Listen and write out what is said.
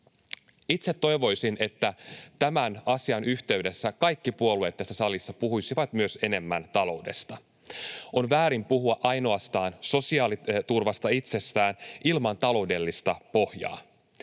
Itse toivoisin, että tämän asian yhteydessä kaikki puolueet tässä salissa puhuisivat myös enemmän taloudesta. On väärin puhua ainoastaan sosiaaliturvasta itsestään ilman taloudellista pohjaa.